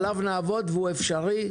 עליו נעבוד והוא אפשרי.